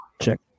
Check